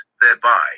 thereby